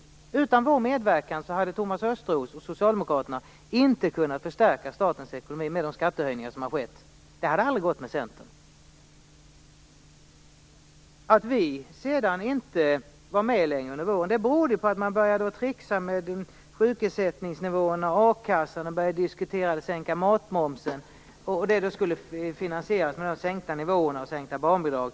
Utan vår medverkan hade Thomas Östros och Socialdemokraterna inte kunnat förstärka statens ekonomi genom de skattehöjningar som har gjorts. Det hade aldrig gått tillsammans med Centern. Att vi sedan inte var med längre under våren berodde på att man började trixa med sjukersättningsnivåer och a-kassa och på att man började diskutera att sänka matmomsen, vilket skulle finansieras genom sänkta nivåer och sänkta barnbidrag.